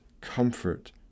comfort